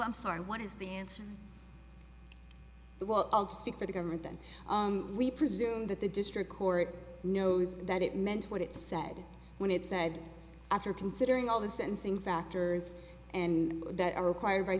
i'm sorry what is the answer well i'll speak for the government and we presume that the district court knows that it meant what it said when it said after considering all the sentencing factors and that are required by